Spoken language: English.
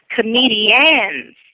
comedians